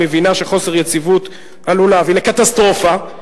היא מבינה שחוסר יציבות עלול להביא לקטסטרופה.